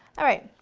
alright,